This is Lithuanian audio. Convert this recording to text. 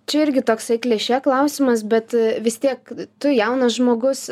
čia irgi toksai kliše klausimas bet vis tiek tu jaunas žmogus